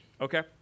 Okay